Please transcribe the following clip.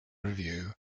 review